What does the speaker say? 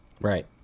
Right